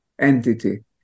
entity